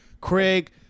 Craig